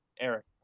Eric